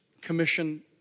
commission